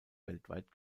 weltweit